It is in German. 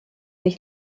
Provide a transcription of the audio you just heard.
ich